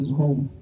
home